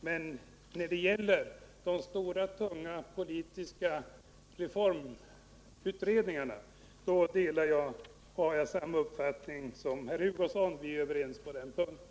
Men när det gäller de stora och tunga politiska reformutredningarna har jag samma uppfattning som herr Hugosson. Vi är alltså överens på den punkten.